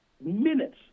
minutes